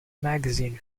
magazine